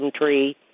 tree